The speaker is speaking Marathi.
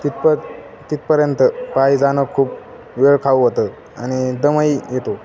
तितप तिथपर्यंत पायी जाणं खूप वेळ खाऊ होतं आणि दमही येतो